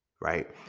right